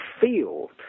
feel